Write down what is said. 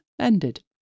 ended